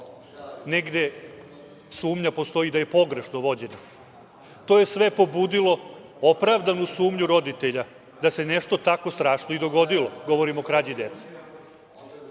negde sumnja postoji da je pogrešno vođena. To je sve pobudilo opravdanu sumnju roditelja da se nešto tako strašno i dogodilo, govorim o krađi